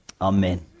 Amen